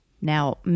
Now